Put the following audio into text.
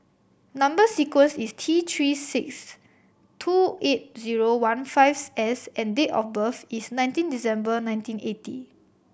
number sequence is T Three six two eight zero one fives S and date of birth is nineteen December nineteen eighty